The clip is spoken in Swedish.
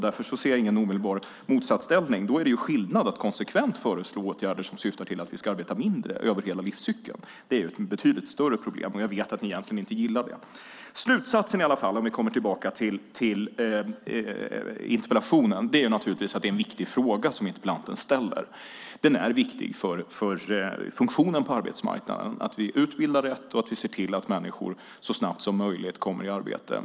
Därför ser jag ingen omedelbar motsatsställning. Då är det skillnad att konsekvent föreslå åtgärder som syftar till att vi ska arbeta mindre över hela livscykeln. Det är ett betydligt större problem, och jag vet att ni egentligen inte gillar det. Slutsatsen, om vi kommer tillbaka till interpellationen, är naturligtvis att det är en viktig fråga som interpellanten ställer. Det är viktigt för funktionen på arbetsmarknaden att vi utbildar rätt och ser till att människor så snabbt som möjligt kommer i arbete.